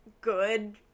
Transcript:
good